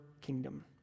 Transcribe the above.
kingdom